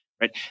right